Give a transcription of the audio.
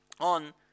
on